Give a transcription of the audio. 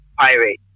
Pirate